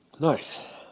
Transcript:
Nice